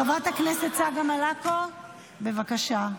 חברת הכנסת צגה מלקו, בבקשה.